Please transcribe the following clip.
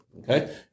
Okay